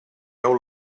old